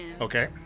Okay